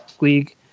League